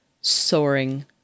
Soaring